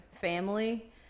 family